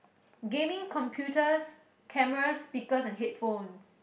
gaming computers cameras speakers and headphones